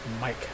Mike